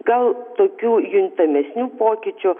gal tokių juntamesnių pokyčių